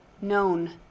known